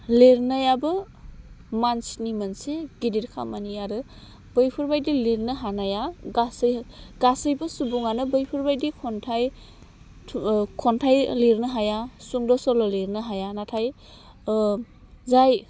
लिरनायाबो मानसिनि मोनसे गिदिर खामानि आरो बैफोरबायदि लिरनो हानाया गासै गासैबो सुबुङानो बैफोरबायदि खन्थाइ लिरनो हाया सुंद' सल' लिरनो हाया नाथाय जाय